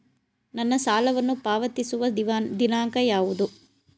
ನನ್ನ ಸಾಲವನ್ನು ಪಾವತಿಸುವ ದಿನಾಂಕ ಯಾವುದು?